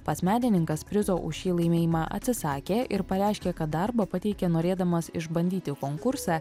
pats menininkas prizo už šį laimėjimą atsisakė ir pareiškė kad darbą pateikė norėdamas išbandyti konkursą